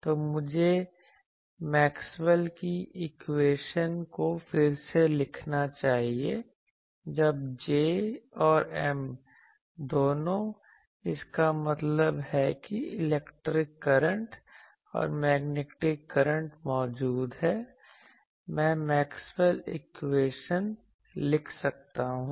तो मुझे मैक्सवेल की इक्वेशन को फिर से लिखना चाहिए जब J और M दोनों इसका मतलब है कि इलेक्ट्रिक करंट और मैग्नेटिक करंट मौजूद हैं मैं मैक्सवेल इक्वेशन लिख सकता हूं